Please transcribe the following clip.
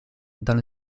dans